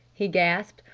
he gasped.